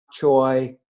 choy